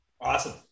Awesome